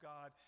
God